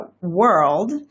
world